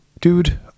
Dude